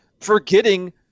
forgetting